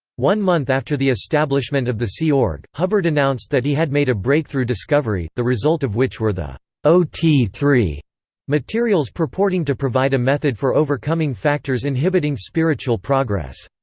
one month after the establishment of the sea org, hubbard announced that he had made a breakthrough discovery, the result of which were the ot iii materials purporting to provide a method for overcoming factors inhibiting spiritual progress.